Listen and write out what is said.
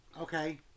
okay